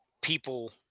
people